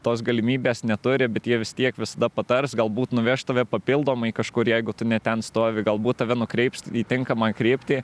tos galimybės neturi bet jie vis tiek visada patars galbūt nuveš tave papildomai kažkur jeigu tu ne ten stovi galbūt tave nukreips į tinkamą kryptį